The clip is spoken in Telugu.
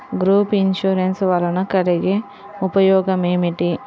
గ్రూప్ ఇన్సూరెన్స్ వలన కలిగే ఉపయోగమేమిటీ?